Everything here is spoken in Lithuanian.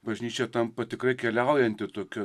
bažnyčia tampa tikrai keliaujanti tokia